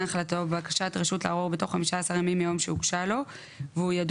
תיקון חוק התכנון והבניה (7) (א1) (2) יושב ראש ועדת הערר